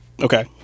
Okay